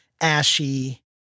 ashy